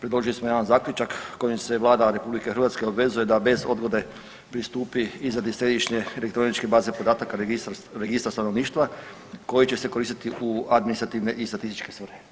predložili smo jedan zaključak kojim se Vlada RH obvezuje da bez odgode pristupi izradi središnje elektroničke baze podataka registra stanovništva koji će se koristiti u administrativne i statističke svrhe.